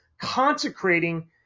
consecrating